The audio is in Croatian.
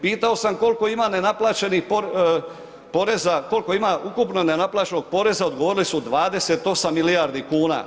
Pitao sam koliko ima nenaplaćenih poreza, koliko ima ukupno nenaplaćenog poreza, odgovori su 28 milijardi kuna.